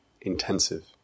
intensive